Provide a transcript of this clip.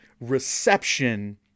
reception